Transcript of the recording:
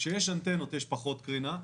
כשיש אנטנות יש פחות קרינה,